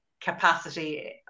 capacity